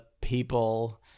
people